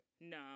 No